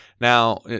Now